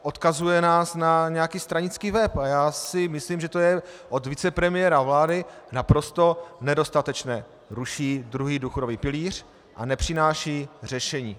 Odkazuje nás na nějaký stranický web a já si myslím, že to je od vicepremiéra vlády naprosto nedostatečné ruší druhý důchodový pilíř a nepřináší řešení.